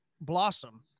blossom